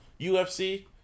UFC